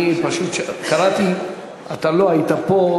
אני פשוט קראתי, ואתה לא היית פה.